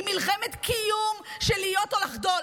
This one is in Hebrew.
היא מלחמת קיום של להיות או לחדול.